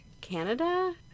Canada